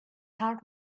heart